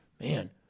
man